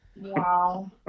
Wow